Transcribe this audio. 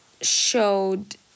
showed